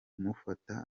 amufata